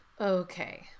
Okay